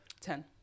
Ten